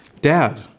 Dad